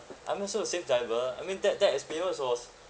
I'm also a safe driver I mean that that experience was